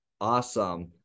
Awesome